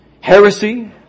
heresy